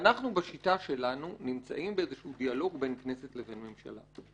אנחנו בשיטה שלנו נמצאים באיזה שהוא דיאלוג בין כנסת לבין ממשלה.